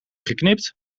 geknipt